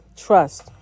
Trust